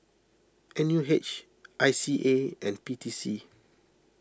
N U H I C A and P T C